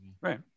Right